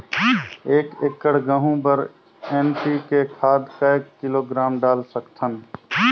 एक एकड़ गहूं बर एन.पी.के खाद काय किलोग्राम डाल सकथन?